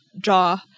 draw